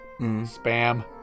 Spam